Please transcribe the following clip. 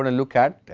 and look at,